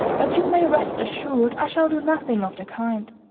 but you may rest assured i shall do nothing of the kind.